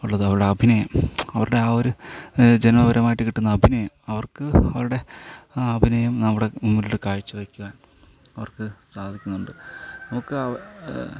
ഉള്ളത് അവരുടെ അഭിനയം അവരുടെ ആ ഒരു ജന്മപരമായിട്ട് കിട്ടുന്ന അഭിനയം അവർക്ക് അവരുടെ അഭിനയം അവിടെ മുൻപിൽ കാഴ്ച വയ്ക്കാൻ അവർക്ക് സാധിക്കുന്നുണ്ട് നമുക്ക് അവ